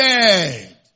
dead